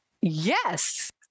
Yes